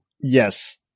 Yes